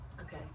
okay